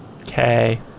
okay